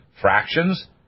fractions